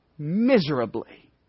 Miserably